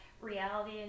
reality